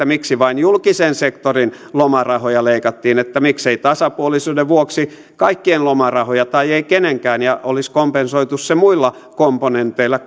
miksi vain julkisen sektorin lomarahoja leikattiin miksei tasapuolisuuden vuoksi kaikkien lomarahoja tai ei kenenkään ja olisi kompensoitu sitä muilla komponenteilla